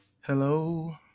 Hello